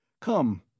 Come